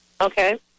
Okay